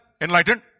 Enlightened